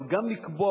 אבל גם לקבוע,